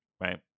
right